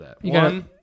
One